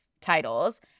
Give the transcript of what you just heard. titles